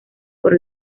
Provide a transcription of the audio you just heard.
por